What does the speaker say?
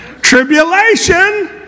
tribulation